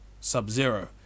Sub-Zero